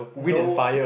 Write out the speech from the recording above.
no